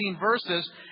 verses